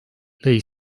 lõi